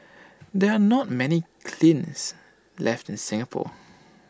there are not many kilns left in Singapore